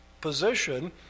position